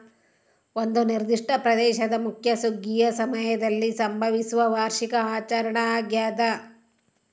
ಒಂದು ನಿರ್ದಿಷ್ಟ ಪ್ರದೇಶದ ಮುಖ್ಯ ಸುಗ್ಗಿಯ ಸಮಯದಲ್ಲಿ ಸಂಭವಿಸುವ ವಾರ್ಷಿಕ ಆಚರಣೆ ಆಗ್ಯಾದ